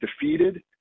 defeated